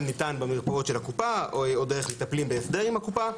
ניתן במרפאות של הקופה או דרך מטפלים בהסדר עם הקופה,